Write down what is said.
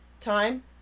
Time